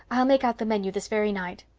i'll make out the menu this very night.